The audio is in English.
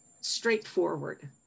straightforward